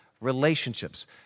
relationships